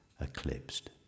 eclipsed